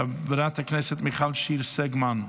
חברת הכנסת מיכל שיר סגמן,